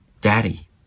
Daddy